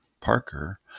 Parker